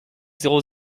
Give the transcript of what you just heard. zéro